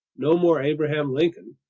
no more abraham lincoln.